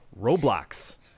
Roblox